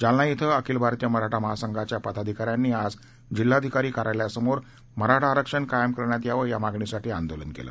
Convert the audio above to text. जालना इथं अखिल भारतीय मराठा महासंघाच्या पदाधिकाऱ्यांनी आज जिल्हाधिकारी कार्यालयासमोर मराठा आरक्षण कायम करण्यात यावं या मागणीसाठी आंदोलन केलं